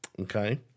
Okay